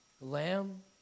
Lamb